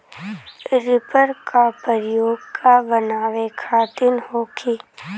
Reaper का प्रयोग का बनावे खातिन होखि?